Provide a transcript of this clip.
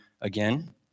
again